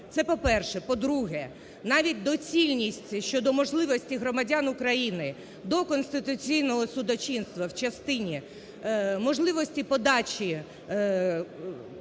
Це по-перше. По-друге, навіть доцільність щодо можливості громадян України до конституційного судочинства в частині можливості подачі